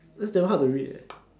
that's damn hard to read eh